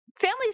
Families